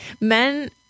Men